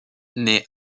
naît